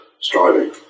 striving